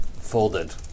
Folded